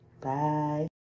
Bye